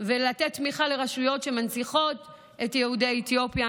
ולתת תמיכה לרשויות שמנציחות את יהודי אתיופיה.